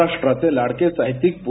महाराष्ट्राचे लाडके साहित्यिक पू